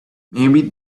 maybe